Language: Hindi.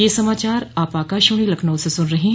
ब्रे क यह समाचार आप आकाशवाणी लखनऊ से सुन रहे हैं